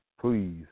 please